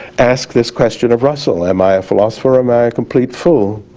asked this question of russell am i a philosopher or am i a complete fool?